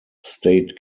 state